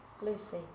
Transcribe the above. Lucy